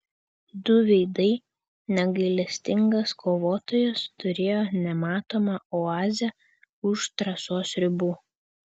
du veidai negailestingas kovotojas turėjo nematomą oazę už trasos ribų